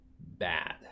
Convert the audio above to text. bad